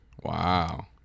Wow